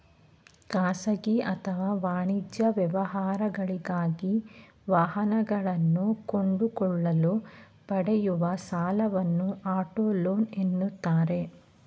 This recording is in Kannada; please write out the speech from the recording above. ಖಾಸಗಿ ಅಥವಾ ವಾಣಿಜ್ಯ ವ್ಯವಹಾರಗಳಿಗಾಗಿ ವಾಹನಗಳನ್ನು ಕೊಂಡುಕೊಳ್ಳಲು ಪಡೆಯುವ ಸಾಲವನ್ನು ಆಟೋ ಲೋನ್ ಎನ್ನುತ್ತಾರೆ